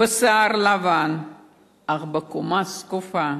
בשיער לבן אך בקומה זקופה,